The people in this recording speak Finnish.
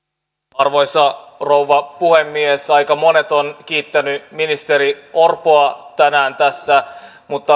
arvoisa rouva puhemies aika monet ovat kiittäneet ministeri orpoa tänään tässä mutta